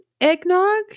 eggnog